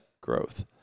growth